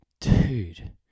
dude